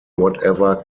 whatever